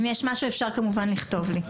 אפשר כמובן לכתוב לי.